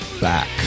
Back